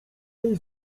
jej